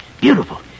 beautiful